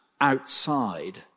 outside